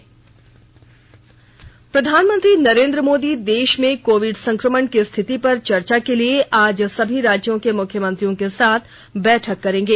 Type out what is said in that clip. PM बैठक प्रधानमंत्री नरेंद्र मोदी देश में कोविड संक्रमण की स्थिति पर चर्चा के लिए आज सभी राज्यों के मुख्यमंत्रियों के साथ बैठक करेंगे